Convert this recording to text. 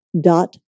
dot